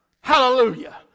Hallelujah